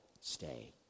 stay